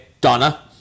Donna